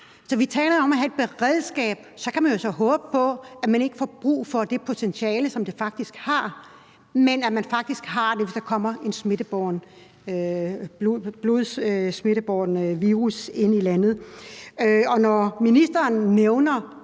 Så vi taler om at have et beredskab. Så kan man jo så håbe på, at man ikke får brug for det potentiale, der faktisk er. Men man har det, hvis der faktisk kommer en blodbåren virus til landet. Og når ministeren nævner